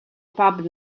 pub